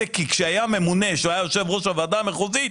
כי כשהיה ממונה שהיה יושב ראש הוועדה המחוזית,